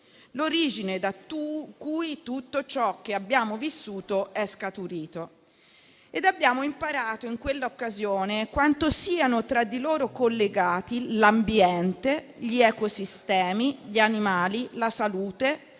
l'origine da cui tutto ciò che abbiamo vissuto è scaturito. In quell'occasione, abbiamo imparato quanto siano tra di loro collegati l'ambiente, gli ecosistemi, gli animali, la salute,